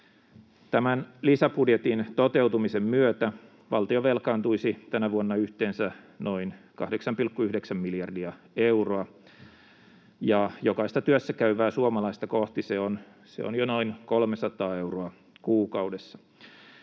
Tämän lisäbudjetin toteutumisen myötä valtio velkaantuisi tänä vuonna yhteensä noin 8,9 miljardia euroa, ja jokaista työssäkäyvää suomalaista kohti se on jo noin 300 euroa kuukaudessa.